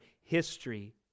history